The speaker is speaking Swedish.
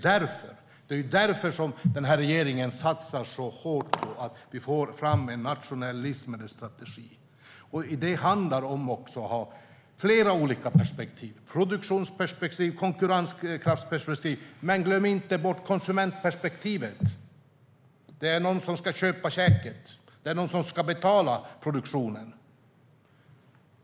Det är därför regeringen satsar så hårt på att få fram en nationell livsmedelsstrategi. Det handlar om att ha flera olika perspektiv: produktionsperspektiv och konkurrenskraftsperspektiv. Men glöm inte bort konsumentperspektivet! Det är någon som ska köpa käket. Det är någon som ska betala produktionen.